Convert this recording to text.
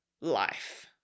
life